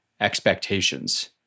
expectations